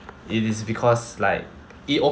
it is because like